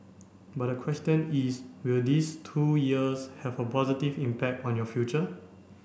but the question is will these two years have a positive impact on your future